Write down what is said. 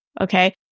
Okay